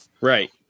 Right